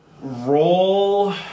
Roll